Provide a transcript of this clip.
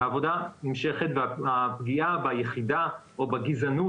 העבודה נמשכת והפגיעה ביחידה או בגזענות